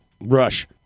Rush